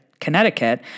Connecticut